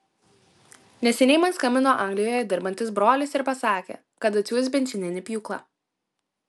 neseniai man skambino anglijoje dirbantis brolis ir pasakė kad atsiųs benzininį pjūklą